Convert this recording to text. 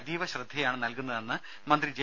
അതീവ ശ്രദ്ധയാണ് നൽകുന്നതെന്ന് മന്ത്രി ജെ